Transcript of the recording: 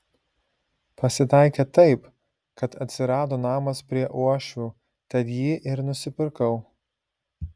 pasitaikė taip kad atsirado namas prie uošvių tad jį ir nusipirkau